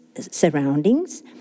surroundings